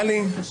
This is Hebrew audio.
טלי.